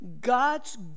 God's